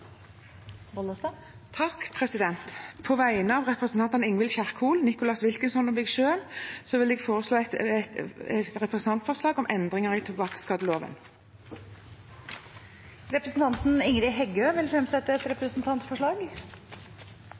Bollestad vil fremsette et representantforslag. På vegne av representantene Ingvild Kjerkol, Nicholas Wilkinson og meg selv vil jeg legge fram et representantforslag om endringer i tobakkskadeloven. Representanten Ingrid Heggø vil fremsette et representantforslag.